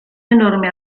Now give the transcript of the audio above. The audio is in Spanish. enorme